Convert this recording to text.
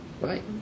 Right